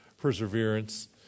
perseverance